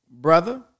brother